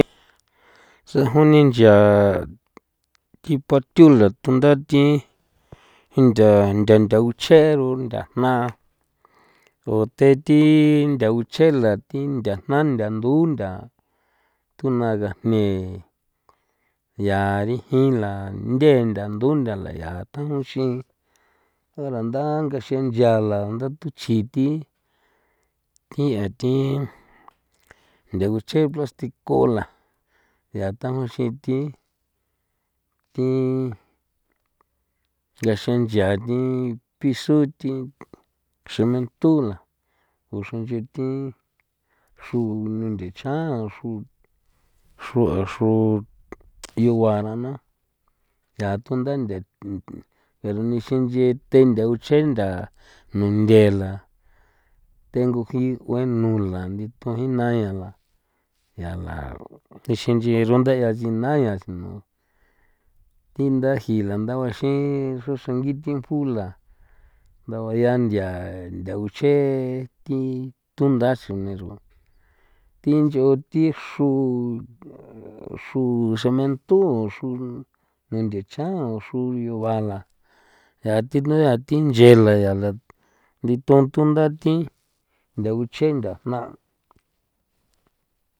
Sajon ni nchia thi patio la tunda thi ntha nthauche nthajna ute thi nthauche la thi nthajna ntha ndu ntha tuna gajne yaa rinji na nthe ndo ntha la yaa tujunxin nda ngaxiꞌin nchia la ndatuchji thi thi an thi nthauchee plástico la yaa tajonxin thi thi ngaxiꞌin nchia thi piso thi cementu la uxronchothin xrununthechjan xro xro yuguarana yaa tunda ntha runixin te ntha uche ntha nunthe la tengo jii gueno la nituꞌin na̱ la ya ya la nixin nchi rundeꞌa nchina yaa no thinda ji la ndauaxin xruxrangi thi ula nduya yaa ntha uchjee thi tunda sonero thi nch'o thi xro uxro cementu o xro senchechjan o xro yua la yaa thi nea yaa thi nchee la yaa la ndithon tundathi ntha guchjee ntha jna.